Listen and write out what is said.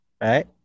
right